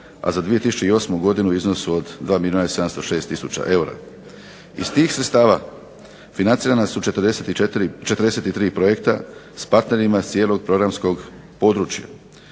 a za 2008. godinu u iznosu od 2 milijuna i 706 tisuća eura. Iz tih sredstava financirana su 43 projekta s partnerima cijelog programskog područja.